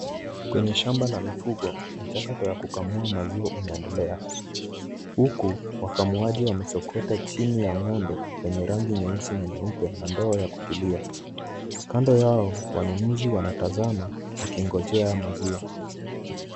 Kwenye shamba la mifugo mchakato ya kukamua maziwa unaendelea. Huku wakamuaji wamesokota ng'ombe wenye rangi nyeusi na nyeupe na ndoo ya kutilia. Kando yao wanunuzi wanatazama wakingojea maziwa.